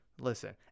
listen